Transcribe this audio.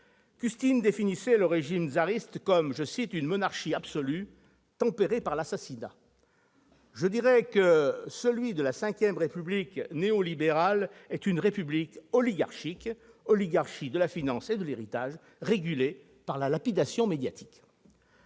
Custine définissait le régime tsariste comme une « monarchie absolue, tempérée par l'assassinat ». Je dirais de la V République néolibérale qu'elle est une république oligarchique- oligarchie de la finance et de l'héritage, régulée par la lapidation médiatique.